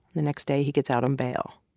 the next day, he gets out on bail